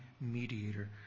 mediator